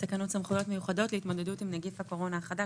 תקנות סמכויות מיוחדות להתמודדות עם נגיף הקורונה החדש